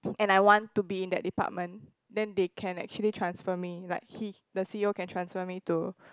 and I want to be in that department then they can actually transfer me like he the c_e_o can transfer me to